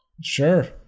Sure